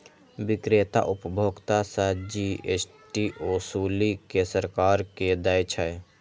बिक्रेता उपभोक्ता सं जी.एस.टी ओसूलि कें सरकार कें दै छै